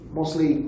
mostly